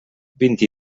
vint